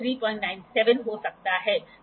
design और निर्माण काफी सरल है